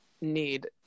need